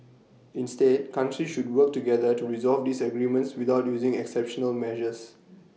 instead countries should work together to resolve disagreements without using exceptional measures